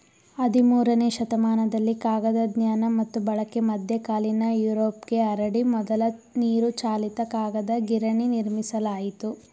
ಹದಿಮೂರನೇ ಶತಮಾನದಲ್ಲಿ ಕಾಗದ ಜ್ಞಾನ ಮತ್ತು ಬಳಕೆ ಮಧ್ಯಕಾಲೀನ ಯುರೋಪ್ಗೆ ಹರಡಿ ಮೊದಲ ನೀರುಚಾಲಿತ ಕಾಗದ ಗಿರಣಿ ನಿರ್ಮಿಸಲಾಯಿತು